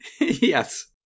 Yes